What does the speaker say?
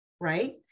right